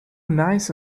nice